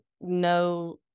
no